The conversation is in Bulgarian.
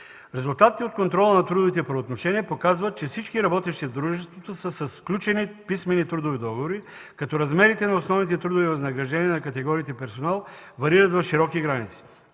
Резултатите от контрола на трудовите правоотношения показват, че всички работници в дружеството са със сключени писмени трудови договори, като размерите на основните трудови възнаграждения на категориите персонал варират в широки граници.